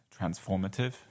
transformative